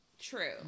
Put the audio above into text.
true